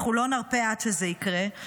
אנחנו לא נרפה עד שזה יקרה.